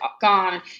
gone